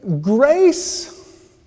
grace